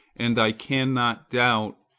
and, i cannot doubt,